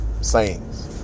sayings